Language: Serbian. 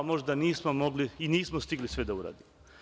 Možda nismo mogli i nismo stigli sve da uradimo.